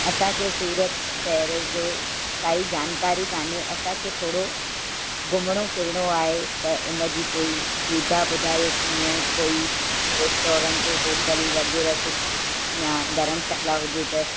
असांखे सूरत शहर जो काई जानकारी कोन्हे असांखे थोरो घुमणो फिरणो आहे त उनजी कोई सुविधा बुधायो कीअं कोई रेस्टोरंट होटल वगै़रह कुझु या धरमशाला हुजे त